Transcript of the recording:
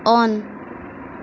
on